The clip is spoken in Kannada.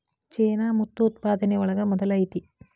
ಚೇನಾ ಮುತ್ತು ಉತ್ಪಾದನೆ ಒಳಗ ಮೊದಲ ಐತಿ